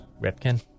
Ripken